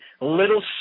little